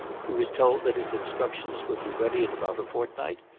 he was told that his instructions would be ready in about a fortnight,